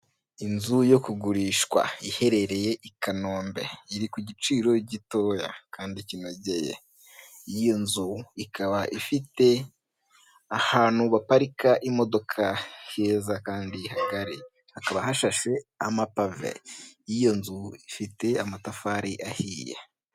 Inzu yo kugurishwa iherereye i Kanombe, iri ku giciro gitoya, kandi iyo nzu ikaba ifite ahantu baparika imodoka heza kandi hagari, hakaba hashashe amapave, iyo nzu ifite amatafari ahiye.